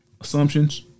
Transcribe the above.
assumptions